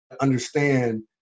understand